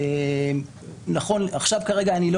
אני לא